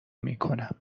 میکنم